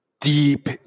deep